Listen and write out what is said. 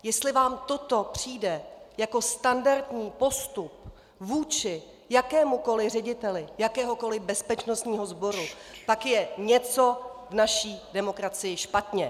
Jestli vám toto přijde jako standardní postup vůči jakémukoliv řediteli jakéhokoliv bezpečnostního sboru, pak je něco v naší demokracii špatně!